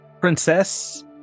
princess